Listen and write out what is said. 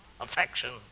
affection